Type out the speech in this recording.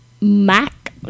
MAC